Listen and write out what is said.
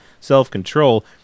self-control